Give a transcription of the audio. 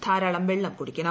ധാരാളം വെള്ളം കുടിക്കണം